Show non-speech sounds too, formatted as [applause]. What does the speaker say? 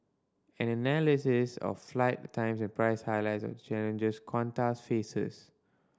an analysis of flight [unintelligible] times and prices highlights the challenges Qantas faces